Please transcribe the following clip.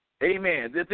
Amen